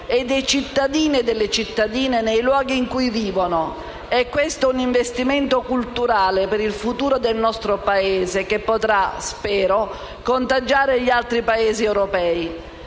e dei cittadini e delle cittadine nei luoghi in cui vivono. È questo un investimento culturale per il futuro del nostro Paese, che potrà, spero, contagiare gli altri Paesi europei